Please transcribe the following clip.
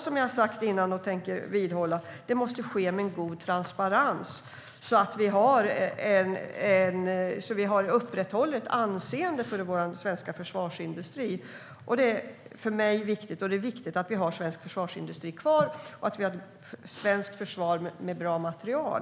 Som jag har sagt innan och vidhåller: Det måste ske med god transparens, så att vi upprätthåller ett anseende för vår svenska försvarsindustri. Det är viktigt för mig, och det är viktigt att vi har kvar svensk försvarsindustri och att vi också har svenskt försvar med bra materiel.